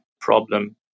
problem